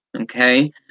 Okay